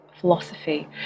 philosophy